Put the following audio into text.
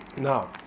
Now